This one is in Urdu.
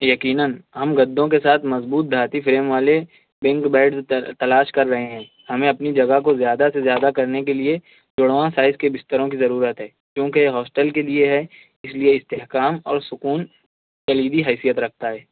یقیناََ ہم گدوں کے ساتھ مضبوط دھاتی فریم والے تلاش کر رہے ہیں ہمیں اپنی جگہ کو زیادہ سے زیادہ کرنے کے لئے جڑواں سائز کے بستروں کی ضرورت ہے کیونکہ یہ ہاسٹل کے لئے ہے اس لئے استحکام اور سکون کلیدی حیثیت رکھتا ہے